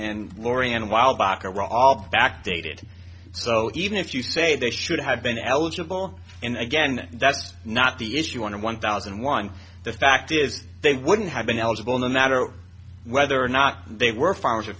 baccarat back dated so even if you say they should have been eligible and again that's not the issue under one thousand and one the fact is they wouldn't have been eligible no matter whether or not they were farmers